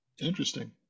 Interesting